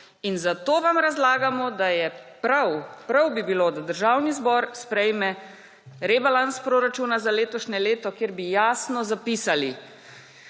Zato vam razlagamo, da bi bilo prav, da Državni zbor sprejme rebalans proračuna za letošnje leto, kjer bi jasno zapisali,